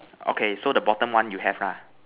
okay so the bottom one you have lah